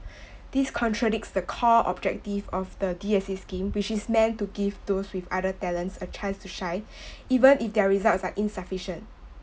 this contradicts the core objective of the D_S_A scheme which is meant to give those with other talents a chance to shine even if their results are insufficient